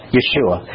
Yeshua